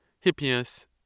Hippias